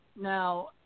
Now